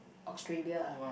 Australia